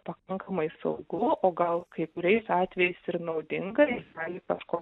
pakankamai saugu o gal kai kuriais atvejais ir naudinga jis gali kažko